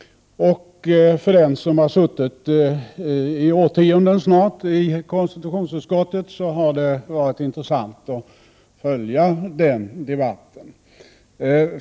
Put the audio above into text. För den som har suttit i konstitutionsutskottet i årtionden snart har det varit intressant att följa den debatten.